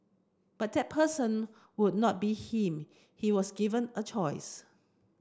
but that person would not be him he was given a choice